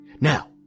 Now